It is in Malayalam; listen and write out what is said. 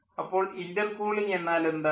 അപ്പോൾ ഇൻ്റർകൂളിംഗ് എന്നാൽ എന്താണ്